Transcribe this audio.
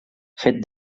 fet